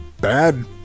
bad